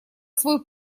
свой